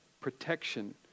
protection